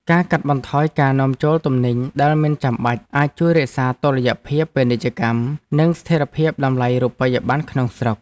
ការកាត់បន្ថយការនាំចូលទំនិញដែលមិនចាំបាច់អាចជួយរក្សាតុល្យភាពពាណិជ្ជកម្ម និងស្ថិរភាពតម្លៃរូបិយប័ណ្ណក្នុងស្រុក។